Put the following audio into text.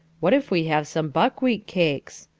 what if we have some buckwheat cakes?